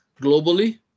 globally